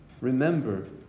remember